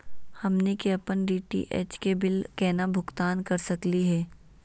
हमनी के अपन डी.टी.एच के बिल केना भुगतान कर सकली हे?